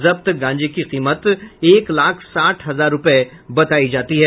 जब्त गांजा की कीमत एक लाख साठ हजार रुपये बतायी जाती है